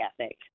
ethic